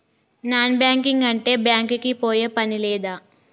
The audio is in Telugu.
నాన్ బ్యాంకింగ్ అంటే బ్యాంక్ కి పోయే పని లేదా?